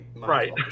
Right